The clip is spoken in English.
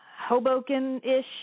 Hoboken-ish